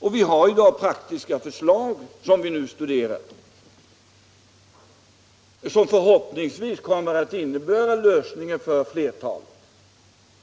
Och vi har i dag ett praktiskt förslag som vi nu studerar och som förhoppningsvis kommer att innebära en lösning för flertalet